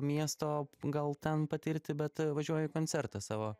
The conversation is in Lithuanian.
miesto gal ten patirti bet važiuoju į koncertą savo